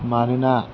मानोना